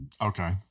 okay